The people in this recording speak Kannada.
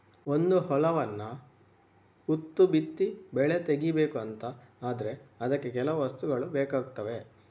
ಒಂದು ಹೊಲವನ್ನ ಉತ್ತು ಬಿತ್ತಿ ಬೆಳೆ ತೆಗೀಬೇಕು ಅಂತ ಆದ್ರೆ ಅದಕ್ಕೆ ಕೆಲವು ವಸ್ತುಗಳು ಬೇಕಾಗ್ತವೆ